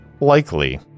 likely